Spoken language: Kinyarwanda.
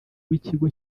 w’ikigo